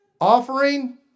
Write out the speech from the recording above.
offering